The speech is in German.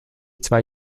zwei